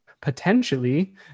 potentially